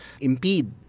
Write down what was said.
impede